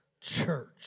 church